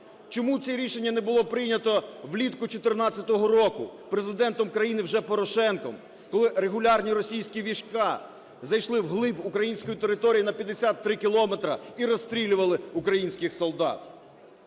Чому це рішення не було прийнято влітку 14-го року Президентом країни вже Порошенком, коли регулярні російські війська зайшли вглиб української території на 53 кілометра і розстрілювали українських солдат?